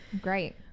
Great